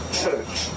church